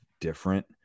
different